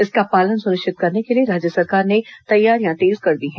इसका पालन सुनिश्चित करने के लिए राज्य सरकार ने तैयारियां तेज कर दी हैं